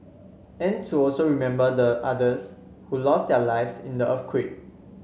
and to also remember the others who lost their lives in the earthquake